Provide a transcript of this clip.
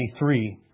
23